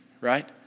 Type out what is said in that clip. right